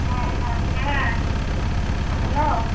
হ্যাঁ হ্যাঁ হ্যালো